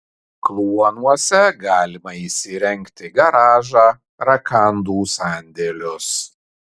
kluonuose galima įsirengti garažą rakandų sandėlius